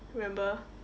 remember